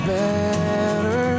better